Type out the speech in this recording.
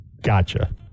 gotcha